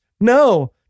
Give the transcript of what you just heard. no